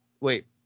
Wait